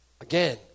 Again